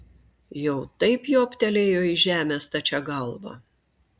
jau taip jobtelėjo į žemę stačia galva